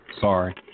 Sorry